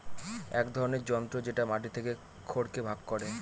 এক ধরনের যন্ত্র যেটা মাটি থেকে খড়কে ভাগ করে